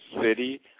city